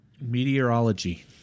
meteorology